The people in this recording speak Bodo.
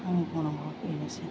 आंनि बुंनांगौआ बेनोसै